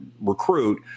recruit